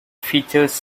features